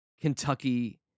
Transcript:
Kentucky